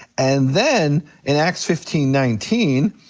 and then in acts fifteen nineteen,